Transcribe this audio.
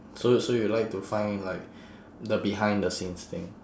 so so you like to find like the behind the scenes thing